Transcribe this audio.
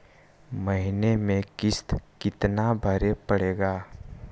महीने में किस्त कितना भरें पड़ेगा?